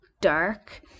dark